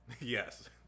Yes